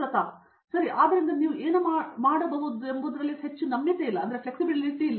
ಪ್ರತಾಪ್ ಹರಿದಾಸ್ ಸರಿ ಆದ್ದರಿಂದ ನೀವು ಏನು ಮಾಡಬಹುದೆಂಬುದರಲ್ಲಿ ಹೆಚ್ಚು ನಮ್ಯತೆ ಇಲ್ಲ